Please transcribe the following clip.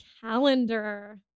calendar